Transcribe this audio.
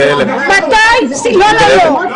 של העברת --- לא לא לא --- היא לא